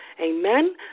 Amen